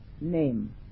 name